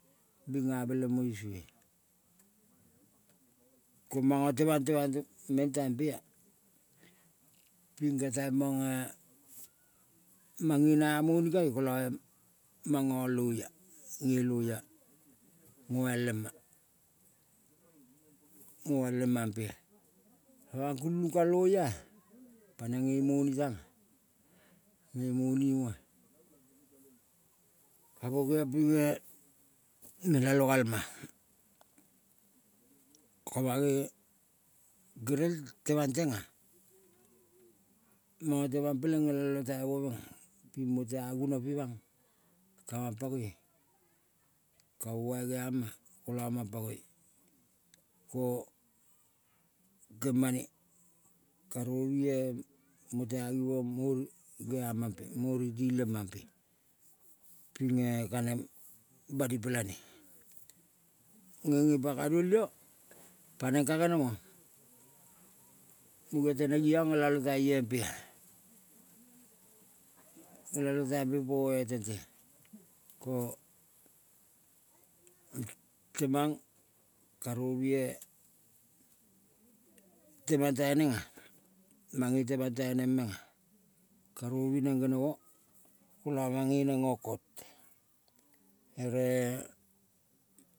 Bing ameleng mo isue, ko manga temang, temang, temang meng taimpea, ping ka tai mange. Mange na amoni kaio kola mang ngang loia nge loia ngoial lema, ngoial le mampea. Pamong kulung ka loia-a paneng nge momi tange, nge monimoa kamo geong pinge melalo galma ko mange gerel temang tenga, manga temang peleng ngelalo taimo menga ping mota guno pimang kamang pangoi kamo, bai geama kola mange pangoi ko kemane karovue motea givong mo gea mampe mo riti mampe pinge kaneng bani pela ne, nge nge ganuol io paneng ka genemo munge teneng iong ngelalo taimpe. Ngelalo taimpe po tentea ko temang karovue temang tainenga, mange temang taineng menga karovue neng genemo kola mang nganeng ngo kot ere.